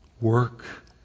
Work